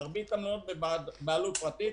מרבית המלונות בבעלות פרטית.